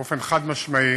באופן חד-משמעי,